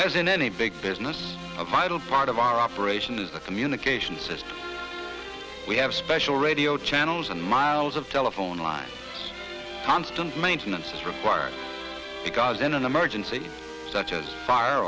as in any big business a vital part of our operation is the communication system we have special radio channels and miles of telephone lines constant maintenance required because in an emergency such as fire